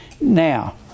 Now